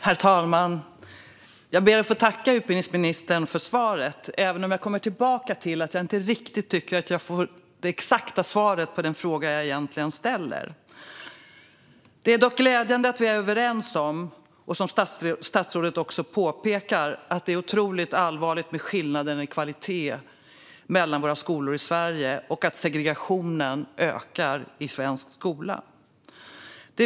Herr talman! Jag ber att få tacka utbildningsministern för svaret, även om jag inte riktigt tycker att jag får det exakta svaret på den fråga jag ställde. Det är dock glädjande att vi är överens om att det, som statsrådet påpekar, är otroligt allvarligt med skillnaderna i kvalitet mellan våra skolor i Sverige och att segregationen i svensk skola ökar.